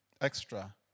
Extra